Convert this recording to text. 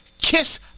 kiss